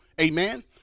Amen